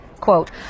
quote